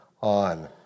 on